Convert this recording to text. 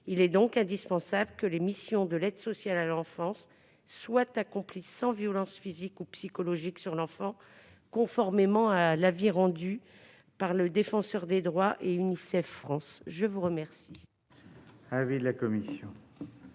Il est donc indispensable que les missions de l'aide sociale à l'enfance soient accomplies sans violence physique ou psychologique sur l'enfant, conformément aux avis rendus par le Défenseur des droits et Unicef France. Quel